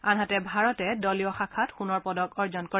আনহাতে ভাৰতে দলীয় শাখাত সোণৰ পদক অৰ্জন কৰে